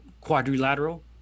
Quadrilateral